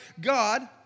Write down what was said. God